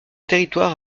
territoires